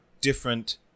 different